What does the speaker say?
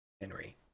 henry